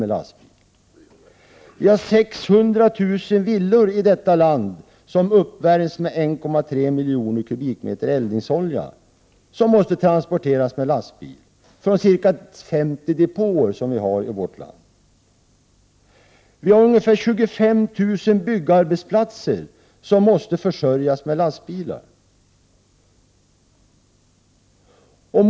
Vidare finns det 600 000 villor i detta land som uppvärms med 1,3 miljoner kubikmeter eldningsolja, vilken måste transporteras med lastbil från de ca 50 depåer som finns i vårt land. Dessutom finns det ungefär 25 000 byggarbetsplatser som för sin verksamhet kräver lastbilstransporter.